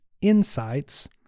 insights